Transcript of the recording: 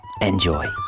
enjoy